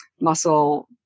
muscle